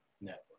network